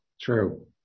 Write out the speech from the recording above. True